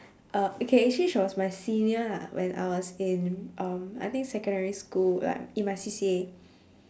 uh okay actually she was my senior lah when I was in um I think secondary school like in my C_C_A